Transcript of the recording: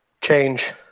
Change